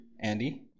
Andy